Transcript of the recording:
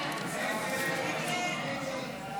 נגד, 49. ההסתייגות לא התקבלה.